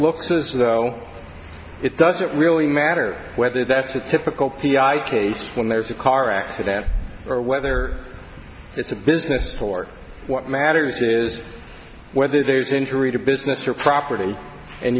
though it doesn't really matter whether that's a typical p e i case when there's a car accident or whether it's a business or what matters is whether there's injury to business or property and